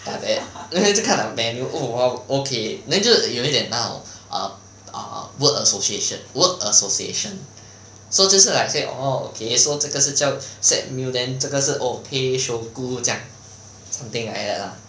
那时候就看了 menu oh !wow! okay then 就是有一点那种 err err word association work association so 就是 like oh okay so 这个是叫 set meal then 这个是这样 something like that lah